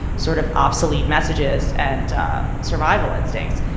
sort of obsolete messages and survival instincts.